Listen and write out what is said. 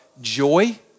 joy